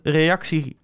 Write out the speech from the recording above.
reactie